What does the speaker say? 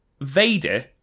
Vader